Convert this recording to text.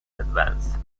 advance